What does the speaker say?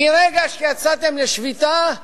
מרגע שיצאתם לשביתה,